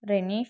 Renif